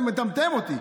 זה מטמטם אותי.